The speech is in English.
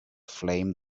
flame